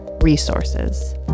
resources